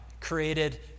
created